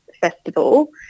festival